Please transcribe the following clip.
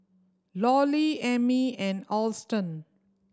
Lollie Emmy and Alston